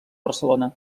barcelona